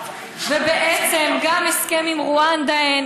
ובעצם גם הסכם עם רואנדה אין.